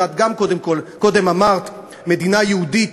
ואת גם קודם אמרת מדינה יהודית